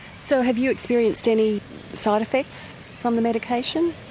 so have you experienced any side-effects from the medication?